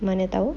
mana [tau]